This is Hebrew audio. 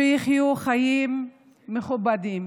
שיחיו חיים מכובדים.